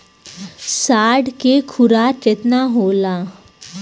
साढ़ के खुराक केतना होला?